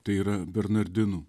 tai yra bernardinų